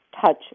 touch